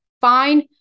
fine